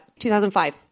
2005